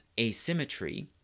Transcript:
asymmetry